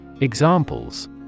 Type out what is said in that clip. Examples